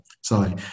sorry